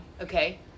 okay